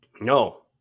no